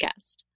Podcast